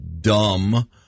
dumb